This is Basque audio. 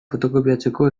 fotokopiatzeko